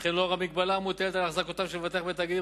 וכן לאור המגבלה המוטלת על החזקותיו של מבטח בתאגידים